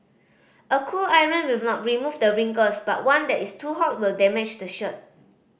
a cool iron will not remove the wrinkles but one that is too hot will damage the shirt